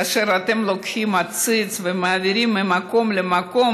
כאשר אתם לוקחים עציץ ומעבירים ממקום למקום,